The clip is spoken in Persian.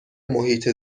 محیط